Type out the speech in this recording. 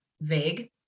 vague